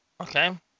Okay